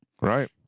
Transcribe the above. Right